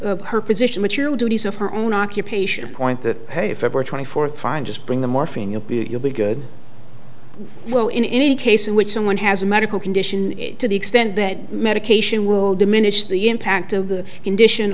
that her position material duties of her own occupation a point that hey if every twenty fourth find just bring the morphine up you'll be good well in any case in which someone has a medical condition to the extent that medication will diminish the impact of the condition